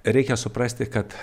reikia suprasti kad